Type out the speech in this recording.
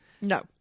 No